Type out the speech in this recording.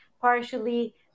partially